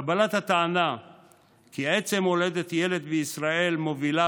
קבלת הטענה שעצם הולדת ילד בישראל מובילה